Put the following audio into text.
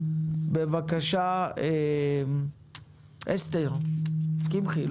בבקשה, אסנת קמחי.